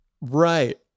Right